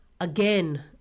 Again